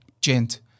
gent